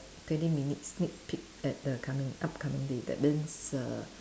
twenty minutes sneak peek at the coming upcoming day that means err